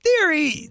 theory